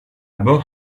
bord